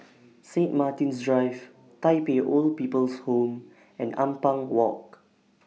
Sanit Martin's Drive Tai Pei Old People's Home and Ampang Walk